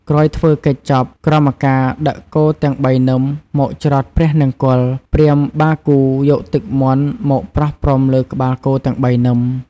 ក្រោយធ្វើកិច្ចចប់ ក្រមការដឹកគោទាំង ៣នឹម មកច្រត់ព្រះនង្គ័ល ព្រាហ្មណ៍បាគូ យកទឹកមន្តមកប្រស់ព្រំលើក្បាលគោទាំង៣នឹម។